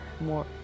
more